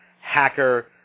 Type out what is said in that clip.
hacker